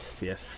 yes